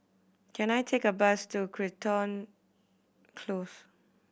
can I take a bus to Crichton Close